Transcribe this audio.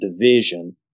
division